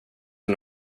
jag